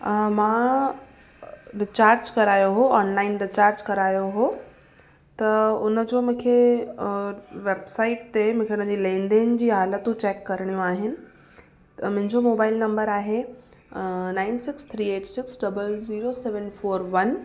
मां रिचार्ज करायो हुओ ऑनलाइन रिचार्ज करायो हुओ त उन जो मूंखे वैबसाइट ते मूंखे उन जी लेनदेन जी हालतूं चैक करणियूं आहिनि मुंहिंजो मोबाइल नंबर आहे nine six three eight six double zero seven four one